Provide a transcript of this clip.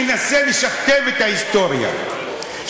שמנסה לשכתב את ההיסטוריה,